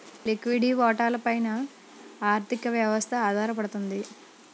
లిక్విడి వాటాల పైన ఆర్థిక వ్యవస్థ ఆధారపడుతుంది